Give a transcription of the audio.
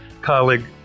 colleague